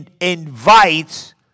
invites